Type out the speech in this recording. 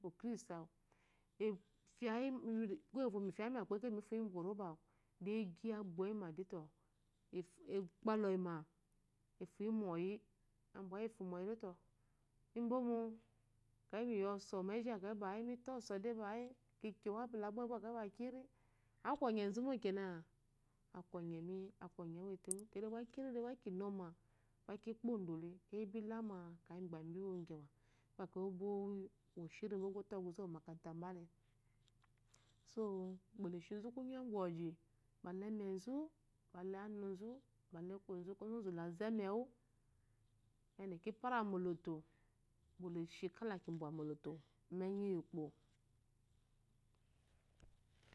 kúyékufo mi fyayima kep ke fuyi mu koroba gba agi abboyima deto akpálá oyima efuyimoyi imbomo gba luyi ɔsɔ menzhi kito ɔso kyowu apula bwe akayi kiri aku onyezu mo kená aku ɔnyemi aku onye uwu étéwu kekele gba kinoma gba kikpondelé éyi ibolama ɔbówoshiri mbo gbá oto ɔgwuzɛ mba le kuwo kwɔngu ukpo le shi nzu ku nyo kuwozhi mbala ɛmɛzu mbala anuzu mbala ekonzu ka ɔzonzu la ɔ ɛnɛwu kyamate ki yambu moloto la ki mbwa mololo